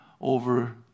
over